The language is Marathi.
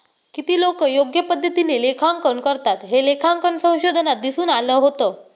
किती लोकं योग्य पद्धतीने लेखांकन करतात, हे लेखांकन संशोधनात दिसून आलं होतं